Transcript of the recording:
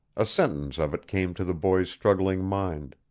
a sentence of it came to the boy's struggling mind.